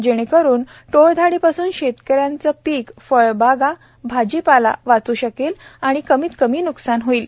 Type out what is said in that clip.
जेणेकरून टोळधाडी पासून शेतकऱ्यांचे पीक फळबागा भाजीपाला वाचू शकेल आणि कमीत कमी न्कसान होईल